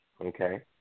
Okay